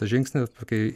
tą žingsnį kai